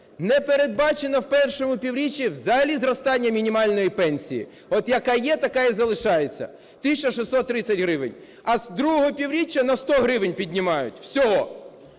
не передбачено у першому півріччі взагалі зростання мінімальної пенсії. От яка є, така і залишається – 1 тисяча 630 гривень. А з другого півріччя на 100 гривень піднімають всього.